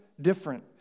different